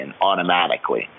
automatically